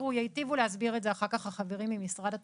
ייטיבו להסביר את זה אחר כך החברים ממשרד התחבורה.